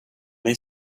they